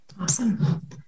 Awesome